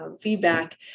feedback